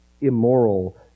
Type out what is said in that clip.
immoral